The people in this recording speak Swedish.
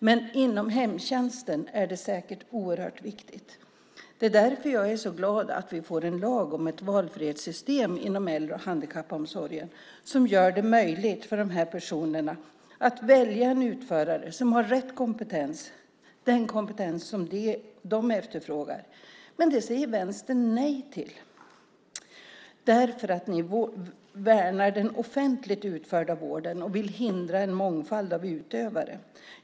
Men inom hemtjänsten är det säkert oerhört viktigt. Det är därför jag är så glad att vi får en lag om ett valfrihetssystem inom äldre och handikappomsorgen som gör det möjligt för de här personerna att välja en utförare som har rätt kompetens, den kompetens som de efterfrågar. Men det säger Vänstern nej till, för att ni värnar den offentligt utförda vården och vill hindra en mångfald av utövare.